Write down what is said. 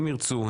אם ירצו,